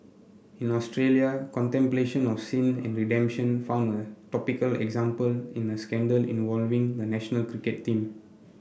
in Australia contemplation of sin and redemption found a topical example in a scandal involving the national cricket team